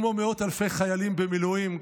כמו מאות אלפי חיילים במילואים,